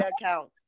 account